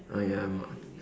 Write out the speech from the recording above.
oh ya I am a